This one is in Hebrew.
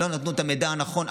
שלא נתנו את המידע הנכון.